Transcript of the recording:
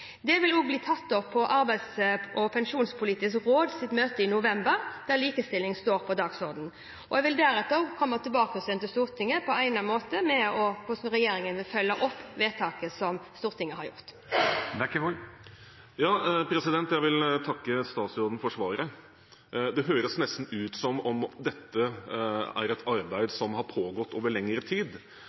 vil også bli tatt opp på Arbeidslivs- og pensjonspolitisk råds møte i november, der likestilling står på dagsordenen. Jeg vil deretter komme tilbake til Stortinget på egnet måte med hvordan regjeringen vil følge opp anmodningsvedtaket som Stortinget har gjort. Jeg vil takke statsråden for svaret. Det høres nesten ut som om dette er et arbeid som har pågått over lengre tid,